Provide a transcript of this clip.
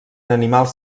animals